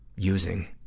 using.